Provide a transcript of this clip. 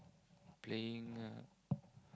playing a